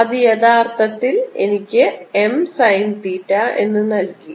അത് യഥാർത്ഥത്തിൽ എനിക്ക് എം സൈൻ തീറ്റ എന്ന് നൽകി